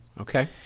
Okay